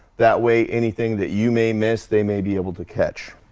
that way anything that you may miss they may be able to catch.